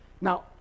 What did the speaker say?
Now